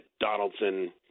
Donaldson